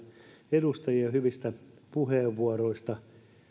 edustajia hyvistä puheenvuoroista